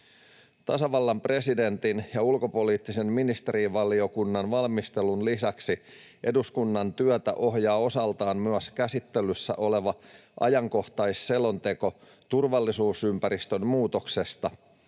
Tasavallan presidentin ja ulkopoliittisen ministerivaliokunnan valmistelun lisäksi eduskunnan työtä ohjaa osaltaan myös käsittelyssä oleva ajankohtaisselonteko turvallisuusympäristön muutoksesta,